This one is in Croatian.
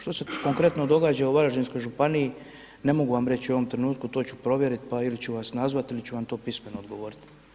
Što se konkretno događa u Varaždinskoj županiji ne mogu vam reći u ovom trenutku, to ću provjeriti pa ili ću vas nazvati ili ću vam to pismeno odgovoriti.